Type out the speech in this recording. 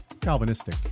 Calvinistic